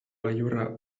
gailurra